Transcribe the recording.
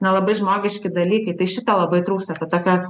na labai žmogiški dalykai tai šito labai trūksta to tokio